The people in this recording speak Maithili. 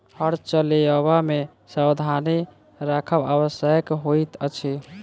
हर चलयबा मे सावधानी राखब आवश्यक होइत अछि